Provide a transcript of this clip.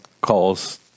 calls